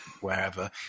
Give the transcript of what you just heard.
wherever